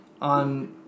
on